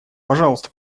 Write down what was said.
пожалуйста